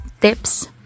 tips